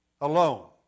alone